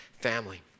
family